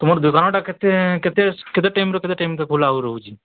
ତୁମର୍ ଦୁକାନ୍ଟା କେତେ କେତେ ଟାଇମ୍ରୁ କେତେ ଟେଇମ୍ ଖୋଲା ହଉ ରହୁଛି